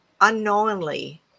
unknowingly